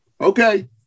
okay